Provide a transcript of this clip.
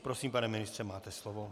Prosím, pane ministře, máte slovo.